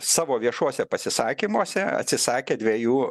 savo viešuose pasisakymuose atsisakė dviejų